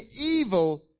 evil